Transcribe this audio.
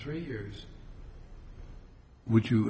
three years would you